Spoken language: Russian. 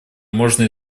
можно